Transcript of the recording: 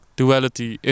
duality